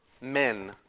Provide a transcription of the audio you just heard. men